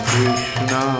Krishna